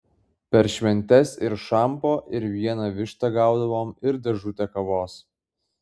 per šventes ir šampo ir vieną vištą gaudavom ir dėžutę kavos